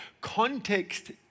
Context